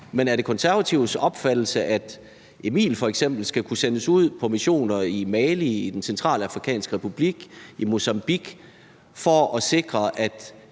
men er det De Konservatives opfattelse, at f.eks. Emil skal kunne sendes ud på missioner i Mali, i Den Centralafrikanske Republik eller i Mozambique for at sikre, at